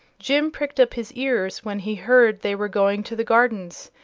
jim pricked up his ears when he heard they were going to the gardens,